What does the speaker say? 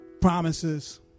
Promises